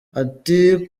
ati